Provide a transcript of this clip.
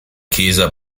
chiesa